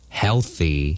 healthy